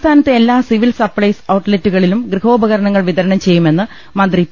സംസ്ഥാനത്തെ എല്ലാ civil supplies ഔട്ട്ലെറ്റുകളിലും ഗൃഹോപകരണങ്ങൾ വിതരണം ചെയ്യുമെന്ന് മന്ത്രി പി